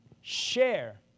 share